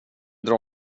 dra